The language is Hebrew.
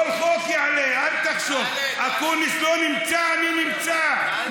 אני בכל חוק אעלה, אני מבטיח לך.